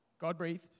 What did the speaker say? God-breathed